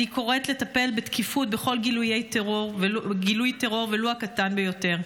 אני קוראת לטפל בתקיפות בכל גילוי טרור ולו הקטן ביותר,